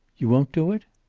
you won't do it?